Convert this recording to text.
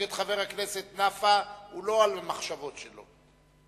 נגד חבר הכנסת נפאע הוא לא על המחשבות שלו.